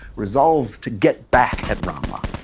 resolves to get back at rama.